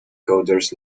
coders